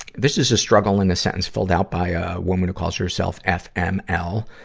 this is a struggle in a sentence filled out by a woman who calls herself fml.